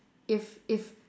if if